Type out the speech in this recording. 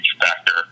factor